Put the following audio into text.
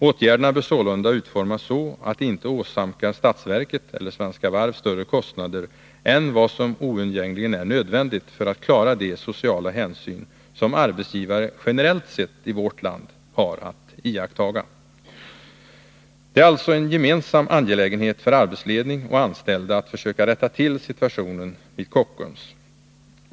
Åtgärderna bör sålunda utformas så, att de inte åsamkar statsverket eller Svenska Varv större kostnader än vad som är oundgängligen nödvändigt för att klara de sociala hänsyn som arbetsgivare i vårt land generellt sett har att iakttaga. Det är alltså en gemensam angelägenhet för arbetsledning och anställda att försöka rätta till situationen vid Kockums.